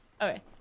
Okay